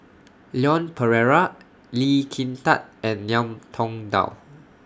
Leon Perera Lee Kin Tat and Ngiam Tong Dow